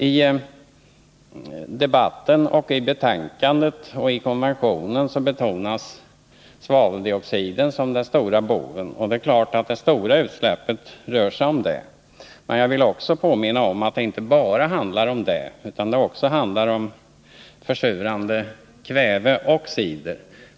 I debatten, i betänkandet och i konventionen framhålls svaveldioxiden som den stora boven i dramat. Det är klart att det i de stora utsläppen mest rör sig om svaveldioxid, men jag vill också påminna om att det inte bara handlar om svaveldioxid, utan också om försurande kväveoxider.